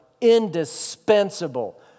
indispensable